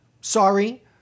sorry